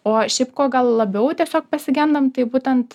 o šiaip ko gal labiau tiesiog pasigendam tai būtent